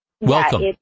Welcome